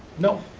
no,